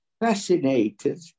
fascinated